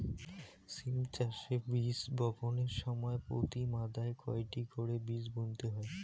সিম চাষে বীজ বপনের সময় প্রতি মাদায় কয়টি করে বীজ বুনতে হয়?